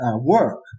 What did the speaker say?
work